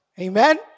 Amen